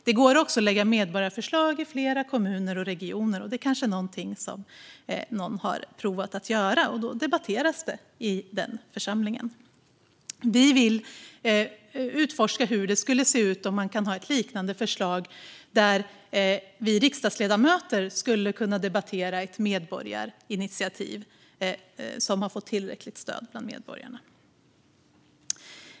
Det går också att lägga fram medborgarförslag i flera kommuner och regioner. Någon har kanske provat att göra det. Det debatteras då i den församlingen. Vi vill utforska hur ett liknande förslag skulle se ut som innebär att vi riksdagsledamöter skulle kunna debattera ett medborgarinitiativ som har fått tillräckligt stöd bland medborgarna.